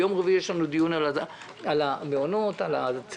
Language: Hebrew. ביום רביעי יש לנו דיון על המעונות, על הצהרונים.